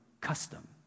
custom